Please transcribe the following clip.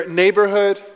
neighborhood